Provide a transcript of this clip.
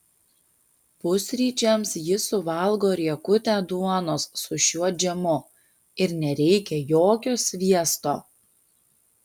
pusryčiams ji suvalgo riekutę duonos su šiuo džemu ir nereikia jokio sviesto